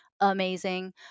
amazing